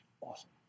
awesome